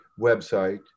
website